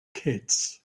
kids